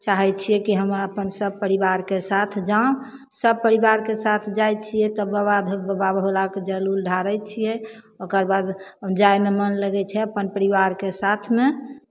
चाहै छियै कि हम अपन सभ परिवारके साथ जाउ सभ परिवारके साथ जाइ छियै तऽ बाबाधाम बाबा भोलाकेँ जल उल ढारै छियै ओकर बाद जायमे मन लगै छै अपन परिवारके साथमे